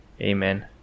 Amen